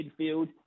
midfield